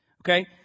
Okay